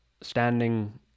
standing